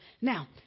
Now